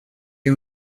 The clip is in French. est